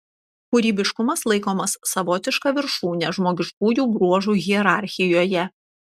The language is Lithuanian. kūrybiškumas laikomas savotiška viršūne žmogiškųjų bruožų hierarchijoje